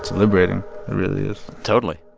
liberating. it really is totally